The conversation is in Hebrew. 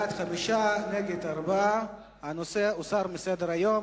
בעד, 5, נגד, 4. הנושא הוסר מסדר-היום.